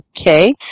Okay